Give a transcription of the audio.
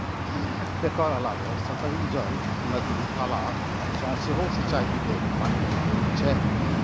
एकर अलावे सतही जल, नदी, तालाब सं सेहो सिंचाइ लेल पानिक उपयोग होइ छै